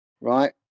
Right